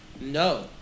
No